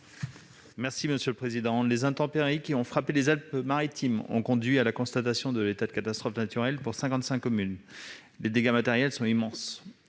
M. Vincent Segouin. Les intempéries qui ont frappé les Alpes-Maritimes ont conduit à la constatation de l'état de catastrophe naturelle pour cinquante-cinq communes. Les dégâts matériels sont immenses.